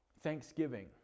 thanksgiving